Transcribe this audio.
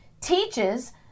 teaches